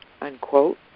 unquote